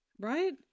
Right